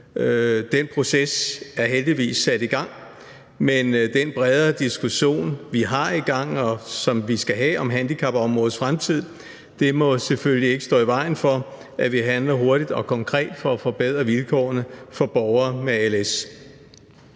Den proces er heldigvis sat i gang, men den bredere diskussion, vi har i gang og som vi skal have om handicapområdets fremtid, må selvfølgelig ikke stå i vejen for, at vi handler hurtigt og konkret for at forbedre vilkårene for borgere med als.